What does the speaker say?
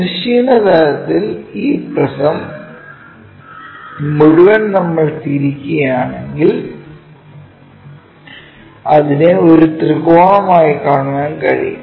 തിരശ്ചീന തലത്തിൽ ഈ പ്രിസം മുഴുവൻ നമ്മൾ തിരിക്കുകയാണെങ്കിൽ അതിനെ ഒരു ത്രികോണമായി കാണാൻ കഴിയും